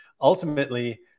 ultimately